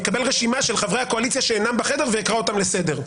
אני אקבל רשימה של חברי הקואליציה שאינם בחדר ואקרא אותם לסדר.